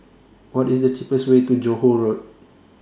What IS The cheapest Way to Johore Road